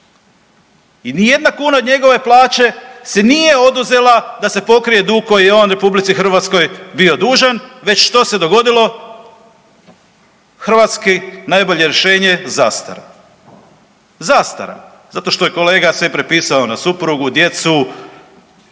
i nijedna kuna od njegove plaće se nije oduzela da se pokrije dug koji je on RH bio dužan, već što se dogodilo? Hrvatski najbolje rješenje, zastara. Zastara. Zato što je kolega sve prepisao na suprugu, djecu